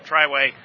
Triway